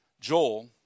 Joel